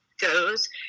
goes